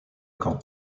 camp